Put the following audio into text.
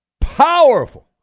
powerful